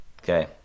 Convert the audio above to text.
Okay